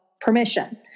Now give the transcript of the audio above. permission